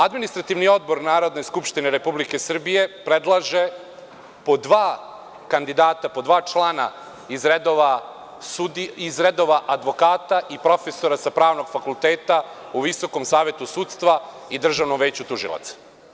Administrativni odbor Narodne skupštine Republike Srbije predlaže po dva kandidata, po dva člana iz redova advokata i profesora sa pravnog fakulteta u Visokom savetu sudstva i Državnom veću tužilaca.